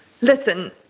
Listen